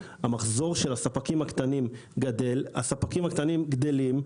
המחזור של הספקים הקטנים גדל והספקים הקטנים גדלים,